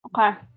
Okay